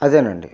అదేనండి